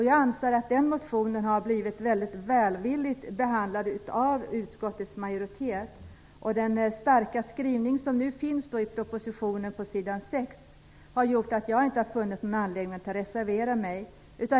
Jag anser att den motionen har blivit mycket välvilligt behandlad av utskottets majoritet. Den starka skrivning som nu finns i propositionen på s. 6 har gjort att jag inte har funnit någon anledning att reservera mig.